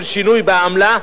של שינוי בעמלה,